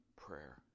prayer